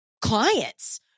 clients